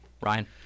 Ryan